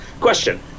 Question